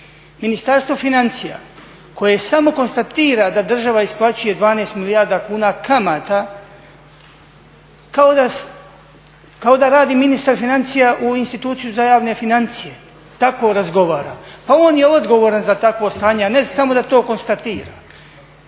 Ministarstvo financija koje samo konstatira da država isplaćuje 12 milijardi kuna kamata kao da radi ministar financija u instituciji za javne financije tako razgovara. Pa on je odgovoran za takvo stanje a ne samo da to konstatira.